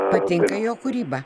patinka jo kūryba